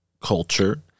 culture